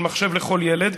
של מחשב לכל ילד,